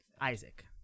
Isaac